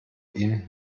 ihn